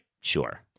sure